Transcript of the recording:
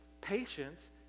Patience